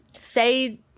say